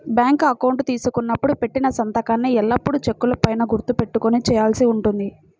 bank account తీసుకున్నప్పుడు పెట్టిన సంతకాన్నే ఎల్లప్పుడూ చెక్కుల పైన గుర్తు పెట్టుకొని చేయాల్సి ఉంటుంది